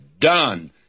done